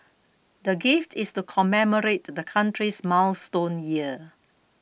the gift is to commemorate the country's milestone year